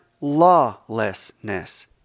lawlessness